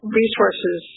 resources